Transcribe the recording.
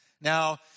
Now